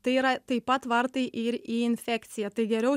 tai yra taip pat vartai ir į infekciją tai geriau